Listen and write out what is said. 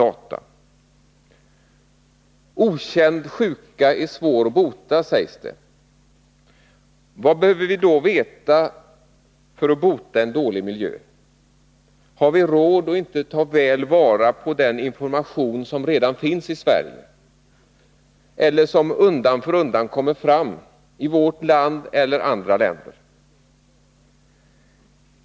Okänd sjuka är svår att bota, sägs det. Vad behöver vi då veta för att bota en dålig miljö? Har vi råd att inte ta väl vara på den information som redan finns eller som undan för undan kommer fram, i vårt land eller i andra länder?